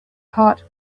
heart